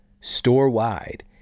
store-wide